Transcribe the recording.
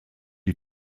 die